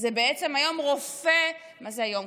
היום בעצם רופא, מה זה היום?